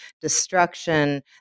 destruction